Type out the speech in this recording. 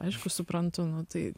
aišku suprantu nu tai